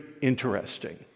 interesting